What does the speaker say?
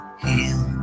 heal